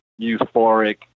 euphoric